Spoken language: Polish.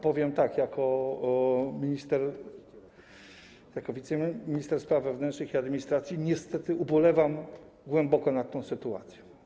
Powiem tak: Jako minister, jako wiceminister spraw wewnętrznych i administracji niestety ubolewam głęboko nad tą sytuacją.